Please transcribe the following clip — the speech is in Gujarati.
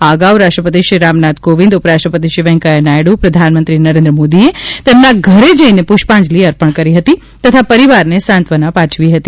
આ અગાઉ રાષ્ટ્રપતિશ્રી રામનાથ કોવિન્દ ઉપરાષ્ટ્રપતિશ્રી વેંકેયાહ નાયડુ પ્રધાનમંત્રીશ્રી નરેન્દ્ર મોદીએ તેમના ઘરે જઇને પુષ્પાજંલિ અર્પણ કરી હતી તથા પરિવારને સાંત્વના પાઠવી હતી